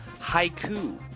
Haiku